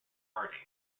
harding